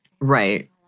Right